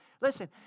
Listen